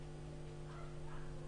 התקנות